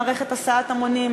מערכת הסעת המונים.